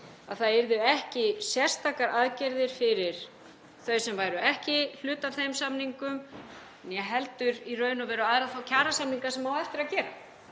að það yrðu ekki sérstakrar aðgerðir fyrir þau sem væru ekki hluti af þeim samningum né heldur í raun og veru fyrir aðra þá kjarasamninga sem á eftir að gera,